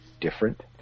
different